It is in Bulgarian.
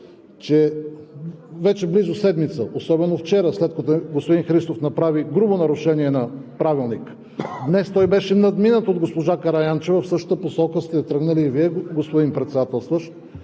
вече седмица – особено вчера, след като господин Христов направи грубо нарушение на Правилника, днес той беше надминат от госпожа Караянчева. В същата посока сте тръгнали и Вие, господин Председателстващ,